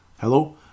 Hello